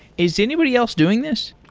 is anybody else doing this?